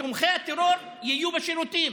ותומכי הטרור יהיו בשירותים.